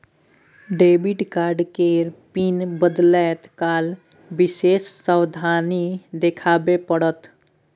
debit card केर pin बदलैत काल विशेष सावाधनी देखाबे पड़त